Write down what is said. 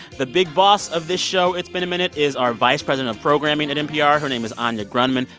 the big boss of this show, it's been a minute, is our vice president of programming at npr. her name is anya grundmann.